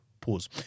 Pause